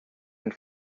and